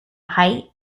height